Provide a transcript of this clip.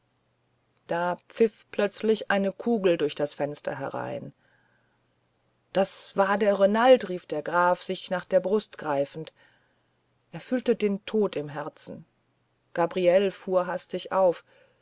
da pfiff plötzlich eine kugel durch das fenster herein das war der renald rief der graf sich nach der brust greifend er fühlte den tod im herzen gabriele fuhr hastig auf